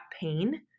pain